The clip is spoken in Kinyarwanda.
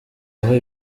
aho